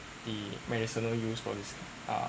the medicinal use for this uh